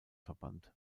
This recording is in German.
verband